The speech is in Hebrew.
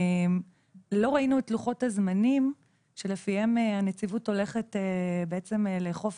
לא ראינו את לוחות הזמנים שלפיהם הנציבות הולכת לאכוף